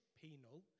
penal